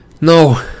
No